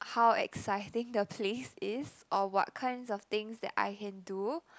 how exciting the place is or what kinds of things that I can do